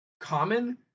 common